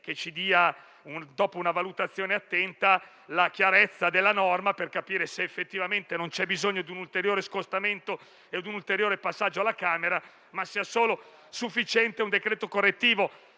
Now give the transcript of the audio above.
a darci, dopo una valutazione attenta, la chiarezza della norma per capire se effettivamente non c'è bisogno di un ulteriore scostamento e di un ulteriore passaggio alla Camera, ma sia solo sufficiente un decreto correttivo.